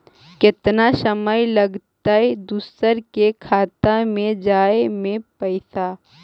केतना समय लगतैय दुसर के खाता में जाय में पैसा?